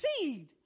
seed